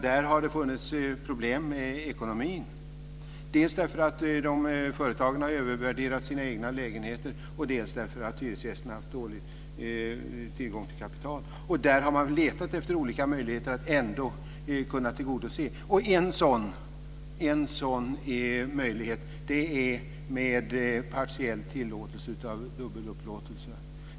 Där har det funnits problem med ekonomin, dels därför att bostadsföretagen har övervärderat sina lägenheter, dels därför att hyresgästerna har haft dålig tillgång till kapital. Där har man letat efter olika möjligheter att ändå kunna tillgodose önskemål. En sådan möjlighet är partiell dubbelupplåtelse.